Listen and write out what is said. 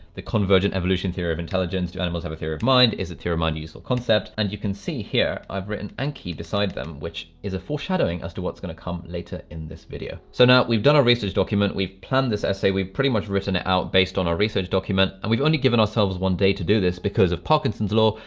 the convergent evolution theory of intelligence. do animals have a theory of mind? is a theorem an useful concept. and you can see here, i've written an key beside them, which is a foreshadowing as to what's gonna come later in this video. so now we've done a research document. we've planned this essay. we've pretty much written it out based on a research document and we've only given ourselves one day to do this because of parkinson's law.